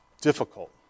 difficult